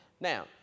Now